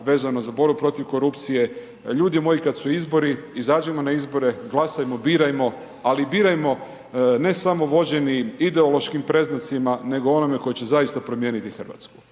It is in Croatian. vezano za borbu protiv korupcije, ljudi moji kada su izbori, izađimo na izbore, glasajmo, birajmo, ali birajmo ne samo vođeni ideološkim predznacima nego onome tko će zaista promijeniti Hrvatsku.